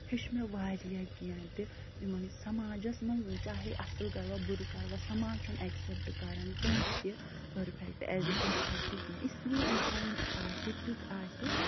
ہیوٚچھ مےٚ وارِیاہ کیٚنٛہہ تہِ تِمن سَماجس منٛز چاہے اَصٕل کروا بُرٕ کروا سماج چھُنہٕ اٮ۪کسٮ۪پٹ کران کٲنٛسہِ تہِ پٔرفٮ۪کٹ ایز اٮےٚ پٔرفٮ۪کٹ کیٚنٛہہ اِس لیے انسان یُتھ آسہِ تیُتھ آسہِ